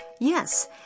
Yes